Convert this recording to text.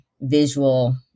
visual